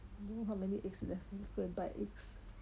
don't know how many eggs left then go and buy eggs